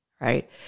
right